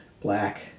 black